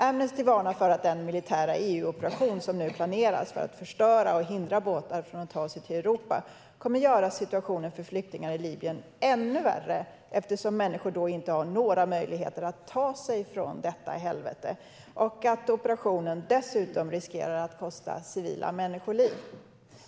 Amnesty varnar för att den militära EU-operation som nu planeras för att förstöra båtar och hindra dem från att ta sig till Europa kommer att göra situationen för flyktingar i Libyen ännu värre eftersom människor då inte har några möjligheter att ta sig från detta helvete. Det finns dessutom risk att operationen kostar civila människoliv.